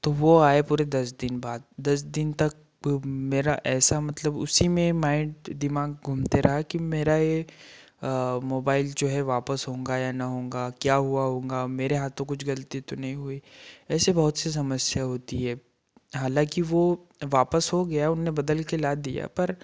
तो वो आए पूरे दस दिन बाद दस दिन तक मेरा ऐसा मतलब उसी में माइंड दिमाग घूमते रहा कि मेरा ये मोबाइल जो है वापस होगा या न होगा क्या हुआ होगा मेरे हाथों कुछ गलती तो नहीं हुई ऐसे बहुत सी समस्या होती है हालाँकि वो वापस हो गया उन्होंने बदल के ला दिया पर